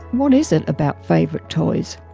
what is it about favourite toys?